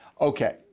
Okay